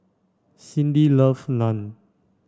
Cyndi loves Naan